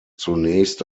zunächst